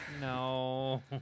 No